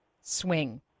swing